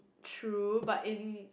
true but in